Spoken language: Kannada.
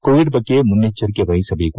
ಕೋವಿಡ್ ಬಗ್ಗೆ ಮುನ್ನೆಚ್ಚರಿಕೆ ವಹಿಸಬೇಕು